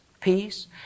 peace